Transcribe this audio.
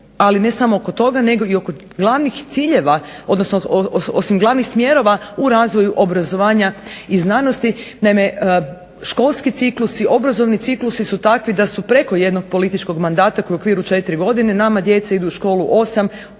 ali ne samo oko toga nego i oko glavnih ciljeva, odnosno osim glavnih smjerova u razvoju obrazovanja i znanosti. Naime, školski ciklusi, obrazovni ciklusi su takvi da su preko jednog političkog mandata koji je u okviru četiri godine. Nama djeca idu u školu osam